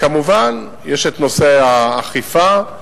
כמובן, יש נושא האכיפה.